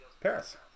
Paris